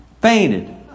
fainted